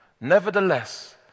Nevertheless